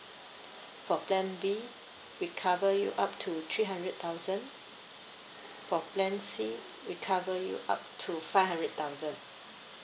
for plan B we cover you up to three hundred thousand for plan C we cover you up to five hundred thousand